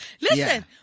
Listen